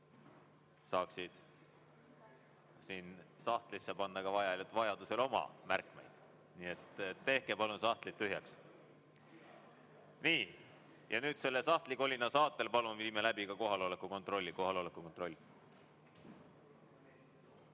saaksid siin sahtlisse panna ka oma märkmeid, kui vaja. Nii et tehke palun sahtlid tühjaks. Ja nüüd selle sahtlikolina saatel palun viime läbi kohaloleku kontrolli.